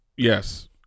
Yes